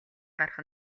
гарах